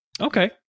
Okay